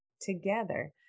together